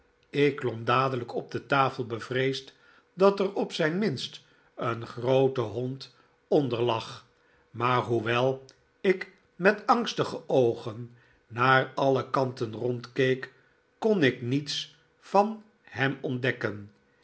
ik klom dadelijk op de tafel bevreesd dat er op zijn minst een groote hond onder lag maar hoewel ik met angstige oogen naar alle kanten rondkeek kon ik niets van hem ontdekken